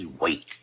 wait